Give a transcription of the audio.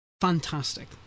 fantastic